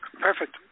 Perfect